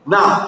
Now